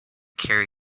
carry